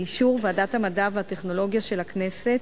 באישור ועדת המדע והטכנולוגיה של הכנסת,